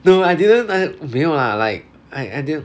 no I didn't b~ 没有 lah like I~ I d~